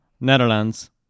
Netherlands